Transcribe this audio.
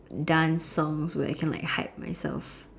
dance songs where I can like hype myself